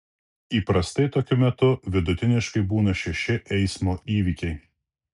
įprastai tokiu metu vidutiniškai būna šeši eismo įvykiai